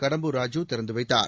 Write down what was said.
கடம்பூர் ராஜூ திறந்து வைத்தார்